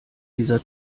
dieser